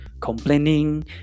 complaining